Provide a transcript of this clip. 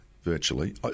Virtually